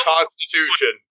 Constitution